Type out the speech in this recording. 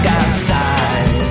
outside